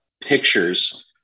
pictures